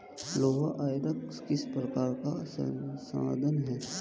लौह अयस्क किस प्रकार का संसाधन है?